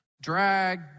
drag